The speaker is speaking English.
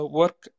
work